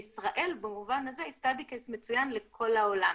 וישראל במובן הזה היא study case מצוין לכל העולם.